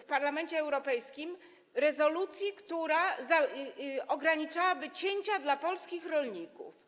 w Parlamencie Europejskim, rezolucji, która ograniczałaby cięcia dla polskich rolników?